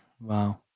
Wow